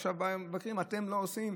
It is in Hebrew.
עכשיו מבקרים: אתם לא עושים,